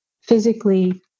physically